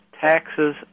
taxes